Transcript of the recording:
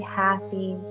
happy